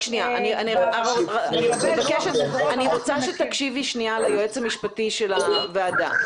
אני רוצה שתקשיבי שנייה ליועץ המשפטי של הוועדה.